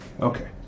Okay